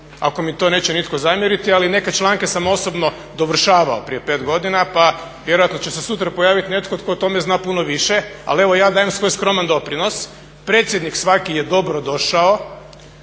ako mi to neće nitko zamjeriti, ali neke članke sam osobno dovršavao prije 5 godina pa vjerojatno će se sutra pojavit netko tko o tome zna puno više, ali evo ja dajem svoj skroman doprinos. Predsjednik svaki je dobrodošao,